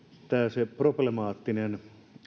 siinä problemaattisessa